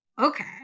okay